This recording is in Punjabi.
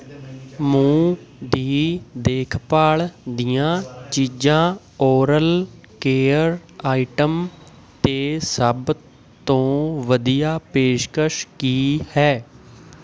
ਮੂੰਹ ਦੀ ਦੇਖ ਭਾਲ ਦੀਆਂ ਚੀਜ਼ਾਂ ਓਰਲ ਕੇਅਰ ਆਇਟਮ 'ਤੇ ਸਭ ਤੋਂ ਵਧੀਆ ਪੇਸ਼ਕਸ਼ ਕੀ ਹੈ